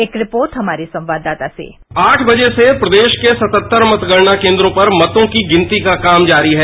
एक रिपोर्ट हमारे संवाददाता सेः आठ बजे से प्रदेश के सतहत्तर मतगणना केन्द्रों पर वोटो की गिनती का काम जारी है